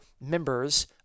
members